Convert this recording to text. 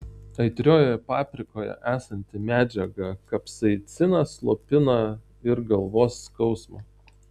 aitriojoje paprikoje esanti medžiaga kapsaicinas slopina ir galvos skausmą